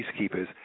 peacekeepers